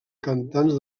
cantants